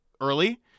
early